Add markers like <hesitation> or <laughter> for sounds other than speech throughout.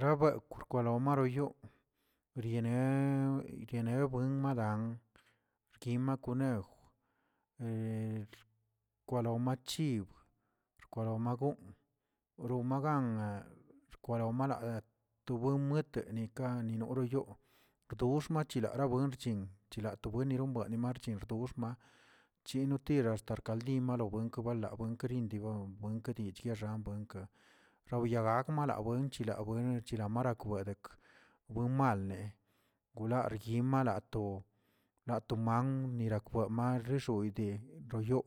Rabekwꞌ kwalomaro yoo, riena- riena buen madang rkima conejw, <hesitation> kwalon machib, xkwalon ma goonꞌ wromaganə, xkwaron magaə tu buen metani kani noro yoo bdox machilara buenxchin chilatobueniron marchin xdoo xma yenotira estar limalobuenkə la buen keridigon, buen kedichixanka, yabiagak malabuenchi la buenech amarakwedek buen malne gola rguinmalato la toman nirakwe mar yixoidelo yoo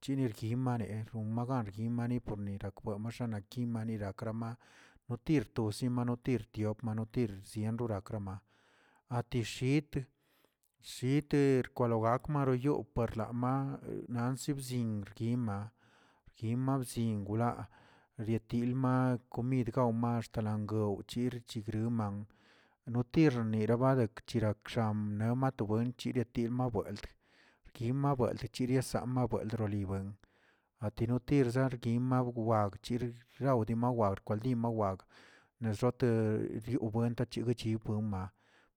chini rguen marree magar rguinmane porniga buenixim making maninakrama notir to simanotir tiop, mano tir, sienrora krama atishit shiter kalogal maroyup parlama nan sib yinꞌ rguima, guima sin gulaa rietilma komid gao maxt angaw chi chigriman notir rnera badekrchirakxam newmato buen, chidetima buen, rkima buelt, chiliasama buelt libuen, atinotirzə rguima bgwaa chir rgaw dima rwar kaldimawag, na zoate yiuo buen tachiguchibma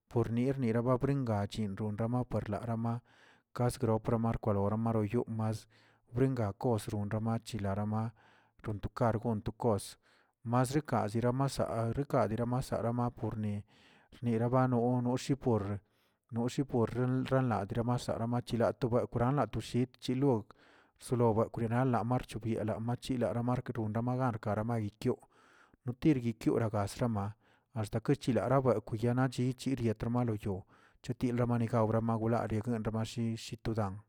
por nir nraba ba brengan chin ronrama parlarama kasgroproma rkwalorama royuu mas bringa kos ronramachilar' tontokargonꞌ koss masrika ziramasa rica diramasa' por ni, nirabano noshi por no shi por ral rala dramasa bmachilatoba wranla to shii chilog, solo bekwꞌnina amarcho bielaa machila lamarkə ronramagarka mayitioꞌ, notir guikior rasrama artakichilaa rabuekw yanachi guiiriata malooyoo chatiela mani obramagulali ranra mashizə todan.